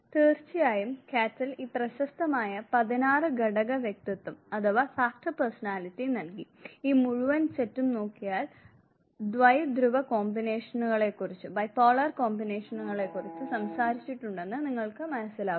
തീർച്ചയായും കാറ്റെൽ ഈ പ്രശസ്തമായ 16 ഘടക വ്യക്തിത്വം നൽകി ഈ മുഴുവൻ സെറ്റും നോക്കിയാൽ ദ്വൈധ്രുവ കോമ്പിനേഷനുകളെക്കുറിച്ച് സംസാരിച്ചിട്ടുണ്ടെന്ന് നിങ്ങൾക്ക് മനസ്സിലാകും